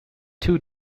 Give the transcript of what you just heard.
two